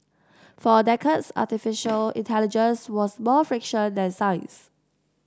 for decades artificial intelligence was more fiction than science